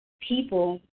people